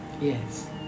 Yes